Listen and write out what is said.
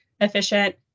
efficient